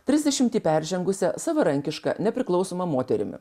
trisdešimtį peržengusia savarankiška nepriklausoma moterimi